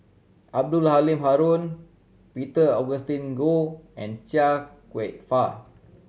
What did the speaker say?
Abdul Halim Haron Peter Augustine Goh and Chia Kwek Fah